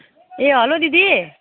ए hello दिदी